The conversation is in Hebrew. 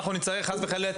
חס וחלילה,